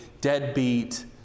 deadbeat